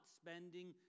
spending